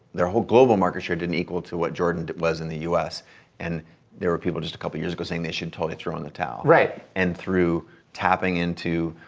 their whole global market share didn't equal to what jordan was in the us and there were people just a couple of years ago saying they should totally throw in the towel. right. and through tapping into